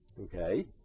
Okay